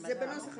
זה בנוסח,